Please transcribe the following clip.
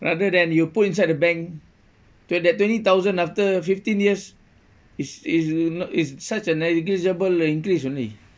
rather than you put inside the bank that twenty thousand after fifteen years is is not is such a negligible increase only